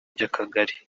by’akagari